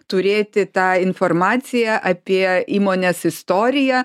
turėti tą informaciją apie įmonės istoriją